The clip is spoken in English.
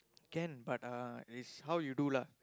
can but uh is how you do lah